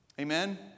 Amen